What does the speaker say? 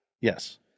Yes